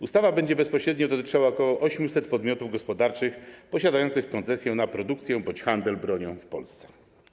Ustawa będzie bezpośrednio dotyczyła ok. 800 podmiotów gospodarczych posiadających koncesję na produkcję bądź handel bronią w Polsce.